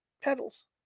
petals